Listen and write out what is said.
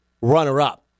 runner-up